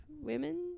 Women